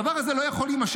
הדבר הזה לא יכול להימשך.